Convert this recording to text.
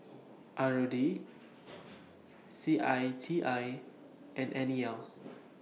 R O D C I T I and N E L